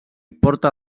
porta